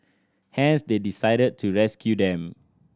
hence they decided to rescue them